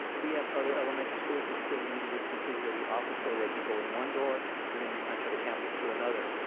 we have other elementary schools, we still need to reconfigure the office so that you go in one door and then you enter the campus through another.